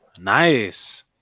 Nice